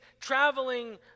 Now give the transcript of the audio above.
traveling